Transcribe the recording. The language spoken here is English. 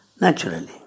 naturally